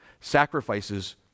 Sacrifices